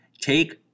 Take